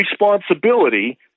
responsibility